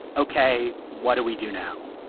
ok, what do we do now?